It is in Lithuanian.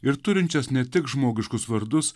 ir turinčias ne tik žmogiškus vardus